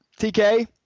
TK